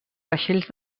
vaixells